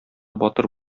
батыр